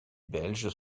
belge